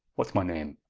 what's my name?